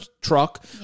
truck